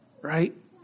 right